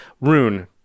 Rune